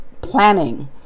planning